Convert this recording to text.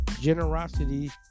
generosity